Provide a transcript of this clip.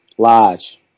Lodge